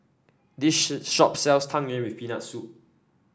this shop sells Tang Yuen with Peanut Soup